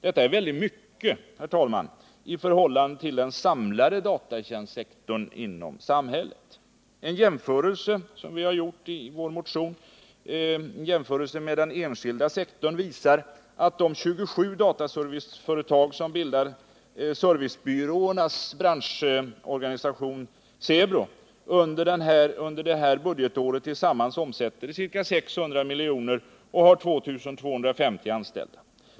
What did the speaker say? Detta är väldigt mycket, herr talman, i förhållande till den samlade datatjänstsektorn i samhället. En jämförelse med den enskilda sektorn, som vi har gjort i vår motion, visar att de 27 dataserviceföretag som bildar servicebyråernas branschorganisation, SEBRO, under det här budgetåret tillsammans omsätter ca 600 milj.kr. och har 2 250 anställda.